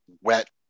wet